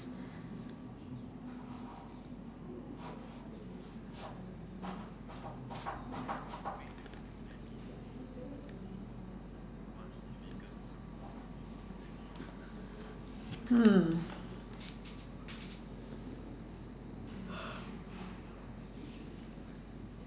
hmm